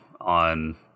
on